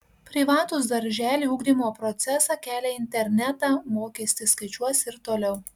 privatūs darželiai ugdymo procesą kelia į internetą mokestį skaičiuos ir toliau